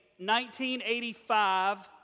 1985